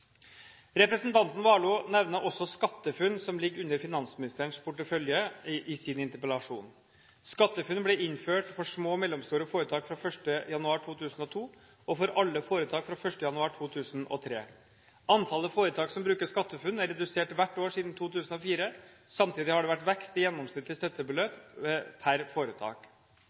nevner også SkatteFUNN, som ligger under finansministerens portefølje, i sin interpellasjon. SkatteFUNN ble innført for små og mellomstore foretak fra 1. januar 2012, og for alle foretak fra 1. januar 2003. Antallet foretak som bruker SkatteFUNN, er redusert hvert år siden 2004. Samtidig har det vært vekst i gjennomsnittlig støttebeløp per foretak.